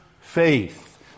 faith